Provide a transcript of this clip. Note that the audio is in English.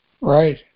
Right